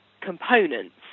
components